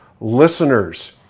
listeners